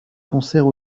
concerts